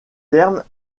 terme